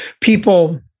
People